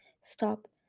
Stop